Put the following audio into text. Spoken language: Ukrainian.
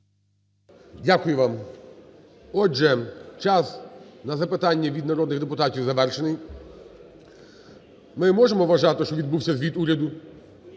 Дякую вам. Отже, час на запитання від народних депутатів завершений. Ми можемо вважати, що відбувся звіт уряду?